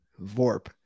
Vorp